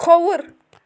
کھووُر